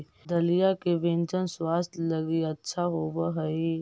दलिया के व्यंजन स्वास्थ्य लगी अच्छा होवऽ हई